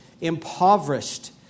impoverished